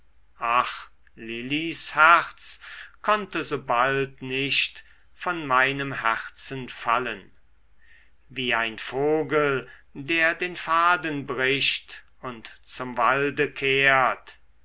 ach lilis herz konnte so bald nicht von meinem herzen fallen wie ein vogel der den faden bricht und zum walde kehrt